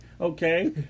okay